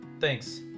thanks